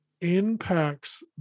impacts